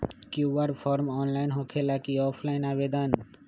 QR form online होकेला कि offline आवेदन?